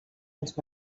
als